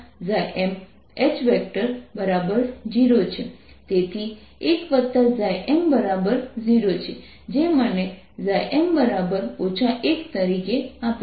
તેથી 1M0 છે જે મને χM 1 તરીકે આપે છે